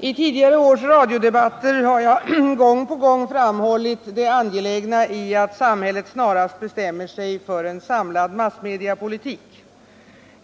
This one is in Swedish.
I tidigare års radiodebatter har jag gång på gång framhållit det angelägna i att samhället snarast bestämmer sig för en samlad massmediepolitik.